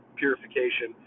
purification